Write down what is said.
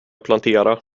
plantera